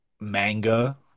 manga